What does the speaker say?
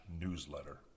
newsletter